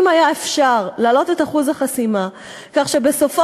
אם היה אפשר להעלות את אחוז החסימה כך שבסופו